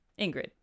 ingrid